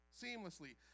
seamlessly